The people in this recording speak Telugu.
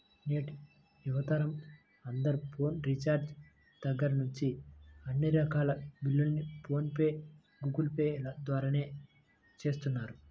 నేటి యువతరం అందరూ ఫోన్ రీఛార్జి దగ్గర్నుంచి అన్ని రకాల బిల్లుల్ని ఫోన్ పే, గూగుల్ పే ల ద్వారానే చేస్తున్నారు